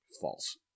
False